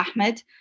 Ahmed